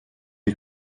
est